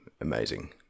amazing